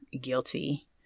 guilty